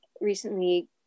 recently